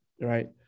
right